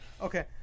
Okay